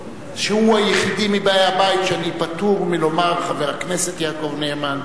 שהוא היחידי מבאי הבית שאני פטור מלומר "חבר הכנסת יעקב נאמן"